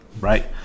right